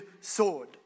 sword